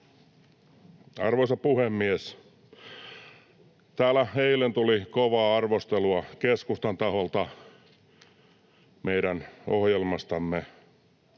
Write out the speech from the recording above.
Arvoisa puhemies! Täällä eilen tuli kovaa arvostelua keskustan taholta meidän ohjelmastamme.